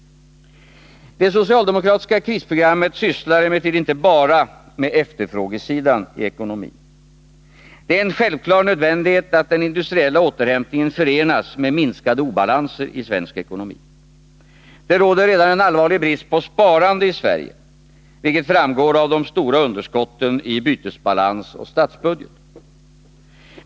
Det socialdemokratiska krisprogrammet sysslar emellertid inte bara med efterfrågesidan i ekonomin. Det är en självklar nödvändighet att den industriella återhämtningen förenas med minskade obalanser i svensk ekonomi. Det råder redan en allvarlig brist på sparande i Sverige, vilket framgår av de stora underskotten i bytesbalans och statsbudget.